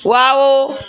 wow